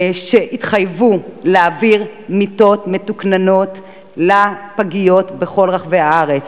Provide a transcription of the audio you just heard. שהתחייב להעביר מיטות מתוקננות לפגיות בכל רחבי הארץ.